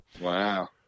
Wow